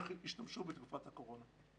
איך השתמשו בתקופת הקורונה.